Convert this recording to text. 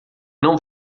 não